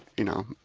you know,